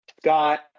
Scott